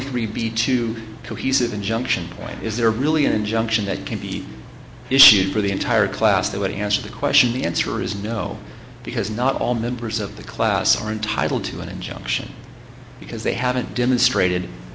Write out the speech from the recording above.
three b two cohesive injunction point is there really an injunction that can be issued for the entire class that would answer the question the answer is no because not all members of the class are entitled to an injunction because they haven't demonstrated